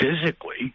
physically